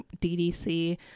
DDC